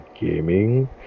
gaming